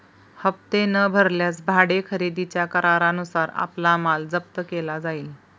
हप्ते न भरल्यास भाडे खरेदीच्या करारानुसार आपला माल जप्त केला जाईल